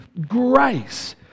grace